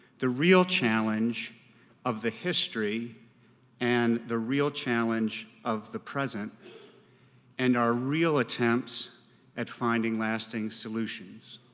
the real challenge of the history and the real challenge of the present and our real attempts at finding lasting solutions.